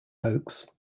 hoax